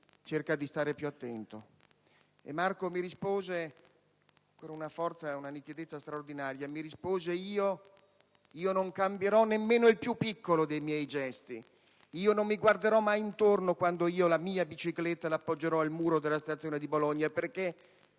cerca di stare più attento». Marco mi rispose con una forza e una nitidezza straordinarie, dicendomi: «Io non cambierò nemmeno il più piccolo dei miei gesti. Io non mi guarderò mai intorno quando poggerò la mia bicicletta al muro della stazione di Bologna perché,